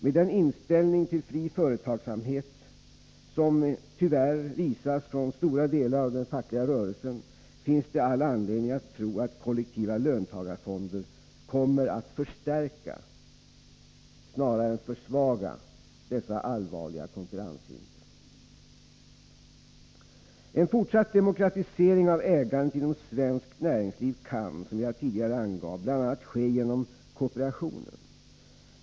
Med den inställning till fri företagsamhet som tyvärr visas från stora delar av den fackliga rörelsen finns det all anledning att tro att kollektiva löntagarfonder kommer att förstärka snarare än försvaga dessa allvarliga konkurrenshinder. En fortsatt demokratisering av ägandet inom svenskt näringsliv kan, som jag tidigare angav, ske bl.a. genom kooperationen.